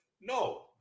no